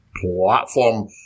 platform